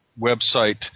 website